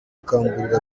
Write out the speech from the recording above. gukangurira